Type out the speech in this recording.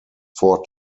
four